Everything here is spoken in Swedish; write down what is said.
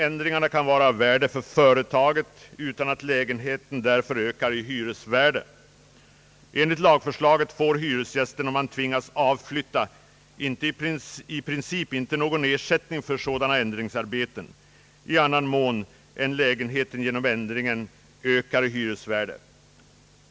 ändringarna kan vara av värde för företaget utan att lägenheten därför ökar i hyresvärde. Enligt lagförslaget får hyresgästen om han tvingas avflytta i princip inte någon ersättning för sådana ändringsarbeten i annan mån än om lägenheten genom ändringen ökar i hyresvärde.